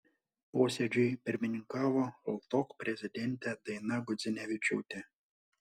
posėdžiui pirmininkavo ltok prezidentė daina gudzinevičiūtė